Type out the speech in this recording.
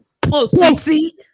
Pussy